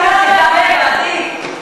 (דחיית מועדים),